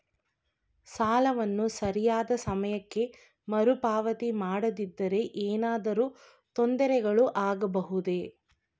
ಸಾಲವನ್ನು ಸರಿಯಾದ ಸಮಯಕ್ಕೆ ಮರುಪಾವತಿ ಮಾಡದಿದ್ದರೆ ಏನಾದರೂ ತೊಂದರೆಗಳು ಆಗಬಹುದೇ?